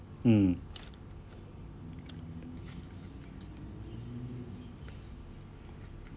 mm